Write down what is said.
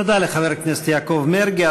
תודה לחבר הכנסת יעקב מרגי.